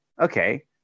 Okay